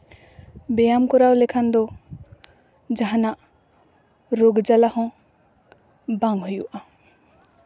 ᱵᱮᱭᱟᱢ ᱠᱚᱨᱟᱣ ᱞᱮᱠᱷᱟᱱ ᱫᱚ ᱡᱟᱦᱟᱱᱟᱜ ᱨᱳᱜᱽ ᱡᱟᱞᱟ ᱫᱚ ᱵᱟᱝ ᱦᱩᱭᱩᱜᱼᱟ